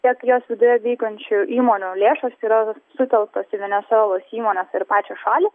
tiek jos viduje veikiančių įmonių lėšos yra sutelktos į venesuelos įmones ir pačią šalį